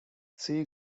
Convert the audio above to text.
see